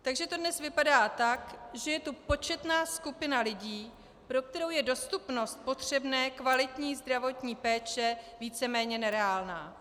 Takže to dnes vypadá tak, že je tu početná skupina lidí, pro kterou je dostupnost potřebné kvalitní zdravotní péče víceméně nereálná.